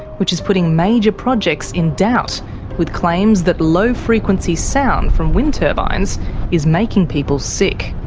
which is putting major projects in doubt with claims that low frequency sound from wind turbines is making people sick.